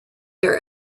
their